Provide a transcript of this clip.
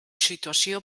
situació